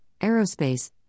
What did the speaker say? aerospace